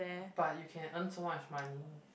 but you can earn so much money